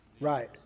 Right